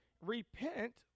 repent